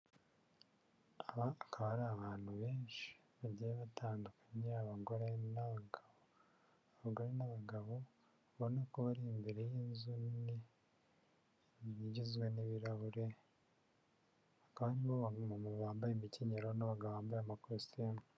Aba akaba ari abantu benshi bagiye batandukanye abagore n'abagabo, ubona ko bari imbere y'inzu nini, igizwe n'ibirahure kandi bose bambaye imikenyerero, n' nabagabo bambaye amakositimu.